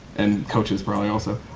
and coaches probably also.